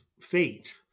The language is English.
fate